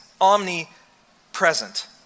omnipresent